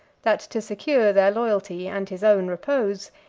that to secure their loyalty and his own repose,